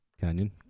Canyon